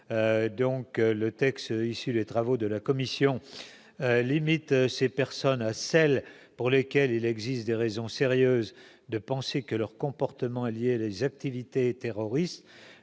donc le texte issu des travaux de la commission limite ces personnes à celles pour lesquelles il existe des raisons sérieuses de penser que leur comportement, les activités terroristes